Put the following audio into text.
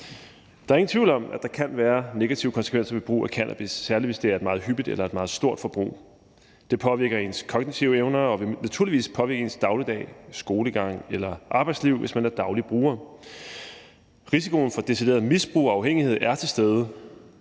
Der er ingen tvivl om, at der kan være negative konsekvenser ved brug af cannabis, særlig hvis det er et meget hyppigt eller et meget stort forbrug. Det påvirker ens kognitive evner og vil naturligvis påvirke ens dagligdag, skolegang eller arbejdsliv, hvis man er daglig bruger. Risikoen for decideret misbrug og afhængighed er til stede.